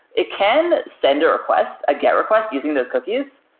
it can send a request, a get request using those cookies.